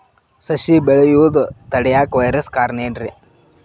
ಸಸಿ ಬೆಳೆಯುದ ತಡಿಯಾಕ ವೈರಸ್ ಕಾರಣ ಏನ್ರಿ?